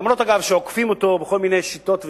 שאגב עוקפים אותו בכל מיני שיטות וצורות,